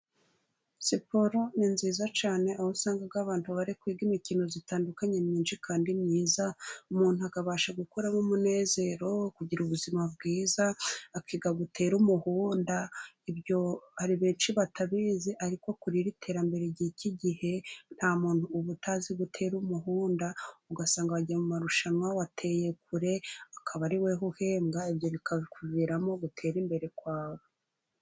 Siporo ni nziza cyane aho usanga abantu bari kwiga imikino itandukanye myinshi kandi myiza, umuntu akabasha gukuramo umunezero, kugira ubuzima bwiza, akiga gutera umuhunda, ibyo hari benshi batabizi ariko kuri iri terambere ry'ikigihe, nta muntu uba utazi gutera umuhunda, ugasanga wagiye mu marushanwa wateye kure akaba ari weho uhembwa, ibyo bikakuviramo gutera imbere kwawe.